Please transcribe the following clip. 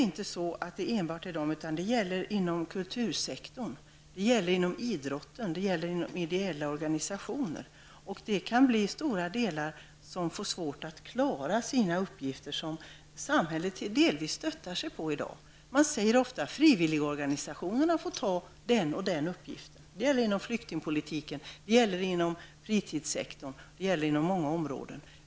Detta gäller även inom kultursektorn, idrotten och för ideella organisationer. Många organisationer kan få svårt att klara sina uppgifter, vilka samhället delvis stöttar sig på i dag. Man säger ofta att frivilligorganisationerna får ta hand om den ena eller den andra uppgiften. Det gäller inom flyktingpolitiken, fritidssektorn och på många andra områden.